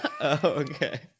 Okay